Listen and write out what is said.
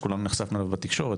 שכולנו נחשפנו אליו בתקשורת.